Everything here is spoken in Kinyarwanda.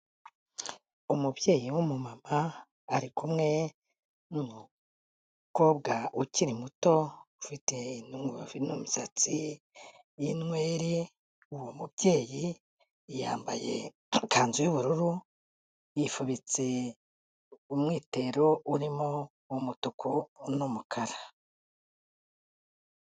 Umubyeyi w'umu mama ari kumwe n'umukobwa ukiri muto, ufite n'imisatsi y'inweri, uwo mubyeyi yambaye ikanzu y'ubururu, yifubitse umwitero urimo umutuku n'umukara.